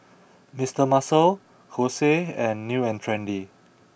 Mister Muscle Kose and New and Trendy